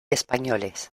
españoles